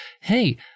Hey